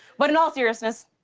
but in all seriousness,